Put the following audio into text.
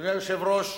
אדוני היושב-ראש,